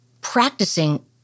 practicing